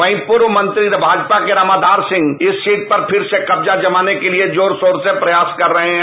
वहीं पूर्व मंत्री भाजपा के रामाघार सिंह इस सीट पर फ़िर से कब्जा जमाने के लिए जोर शोर से प्रयास कर रहे हैं